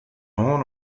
horn